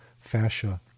fascia